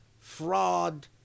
Fraud